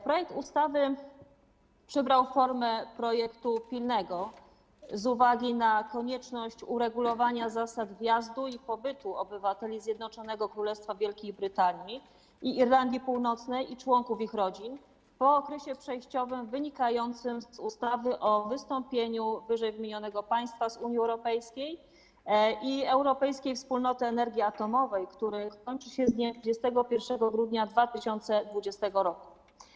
Projekt ustawy przybrał formę projektu pilnego z uwagi na konieczność uregulowania zasad wjazdu i pobytu obywateli Zjednoczonego Królestwa Wielkiej Brytanii i Irlandii Północnej i członków ich rodzin po okresie przejściowym wynikającym z ustawy o wystąpieniu ww. państwa z Unii Europejskiej i Europejskiej Wspólnoty Energii Atomowej, który kończy się z dniem 31 grudnia 2020 r.